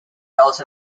also